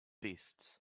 beasts